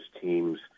teams